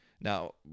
Now